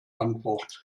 antwort